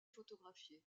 photographier